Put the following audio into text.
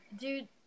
Dude